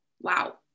Wow